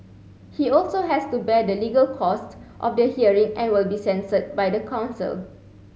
he also has to bear the legal costs of the hearing and will be censured by the council